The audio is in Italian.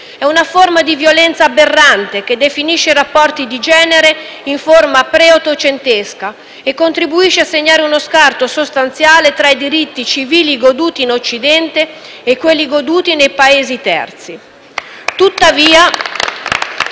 È una forma di violenza aberrante, che definisce i rapporti di genere in forma preottocentesca e contribuisce a segnare uno scarto sostanziale tra i diritti civili goduti in Occidente e quelli goduti nei Paesi terzi. *(Applausi